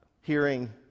hearing